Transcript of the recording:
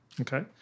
Okay